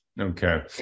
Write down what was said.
Okay